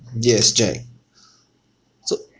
yes jack so